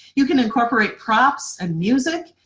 you can incorporate props and music.